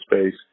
space